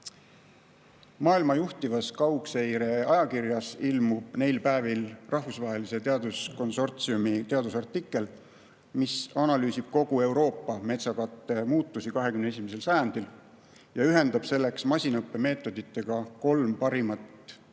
Maailma juhtivas kaugseireajakirjas ilmub neil päevil rahvusvahelise teaduskonsortsiumi teadusartikkel, mis analüüsib kogu Euroopa metsakatte muutusi 21. sajandil ja ühendab selleks masinõppemeetoditega kolm parimat